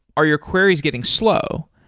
are your queries getting slow?